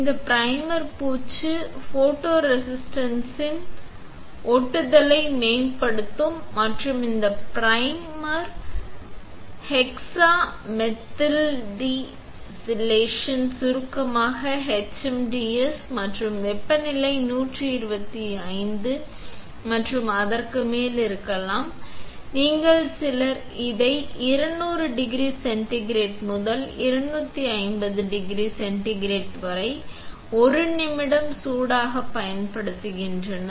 இந்த ப்ரைமர் பூச்சு ஃபோட்டோரெசிஸ்ட்டின் ஒட்டுதலை மேம்படுத்தும் மற்றும் இந்த ப்ரைமர் ஹெக்ஸாமெதில்டிசிலாசேன் சுருக்கமாக HMDS மற்றும் வெப்பநிலை 125 மற்றும் அதற்கு மேல் இருக்கலாம் நீங்கள் சிலர் இதை 200 டிகிரி சென்டிகிரேட் முதல் 250 டிகிரி சென்டிகிரேட் வரை 1 நிமிடம் சூடாக பயன்படுத்துகின்றனர்